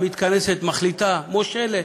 מתכנסת, מחליטה, מושלת.